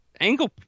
Angle